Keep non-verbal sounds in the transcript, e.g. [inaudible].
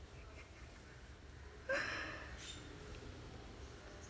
[laughs]